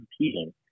competing